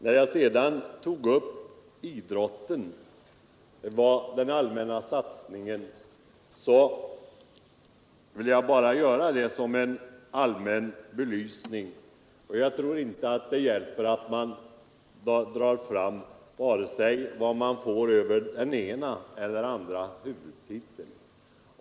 När jag sedan tog upp frågan om den allmänna satsningen på idrotten ville jag göra det för att få en allmän belysning, och jag tror inte att det hjälper att man drar fram vad man får över den ena eller andra huvudtiteln.